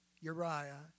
Uriah